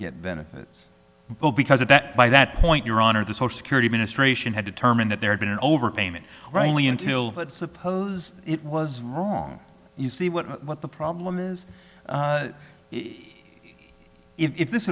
get benefits because of that by that point your honor the social security ministration had determined that there had been an overpayment rightly until but suppose it was wrong you see what what the problem is if this